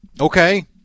Okay